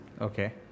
Okay